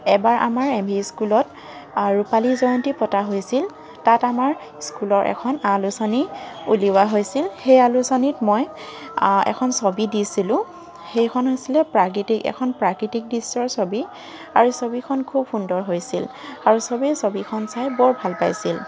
এবাৰ আমাৰ M V স্কুলত ৰূপালী জয়ন্তী পতা হৈছিল তাত আমাৰ স্কুলৰ এখন আলোচলী উলিওৱা হৈছিল সেই অলোচনীত মই এখন ছবি দিছিলোঁ সেইখন হৈছিলে পাকৃতিক এখন প্ৰাকৃতিক দৃশ্যৰ ছবি আৰু ছবিখন খুব সুন্দৰ হৈছিল আৰু চবেই ছবিখন চাই বৰ ভাল পাইছিল